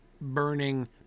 burning